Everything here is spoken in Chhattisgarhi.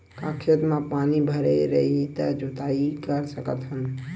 का खेत म पानी भरे रही त जोताई कर सकत हन?